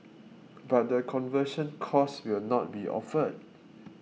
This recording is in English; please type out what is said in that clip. but the conversion course will not be offered